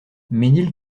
mesnil